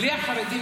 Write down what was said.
בלי החרדים,